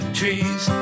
trees